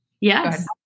Yes